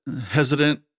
hesitant